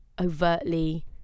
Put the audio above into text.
overtly